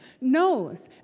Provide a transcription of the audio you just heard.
knows